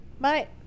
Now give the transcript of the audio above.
Bye